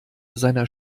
seiner